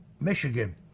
Michigan